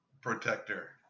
protector